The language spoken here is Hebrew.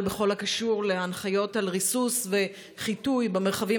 בכל הקשור להנחיות על ריסוס וחיטוי במרחבים